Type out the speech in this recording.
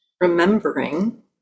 Remembering